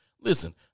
Listen